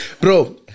Bro